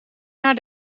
naar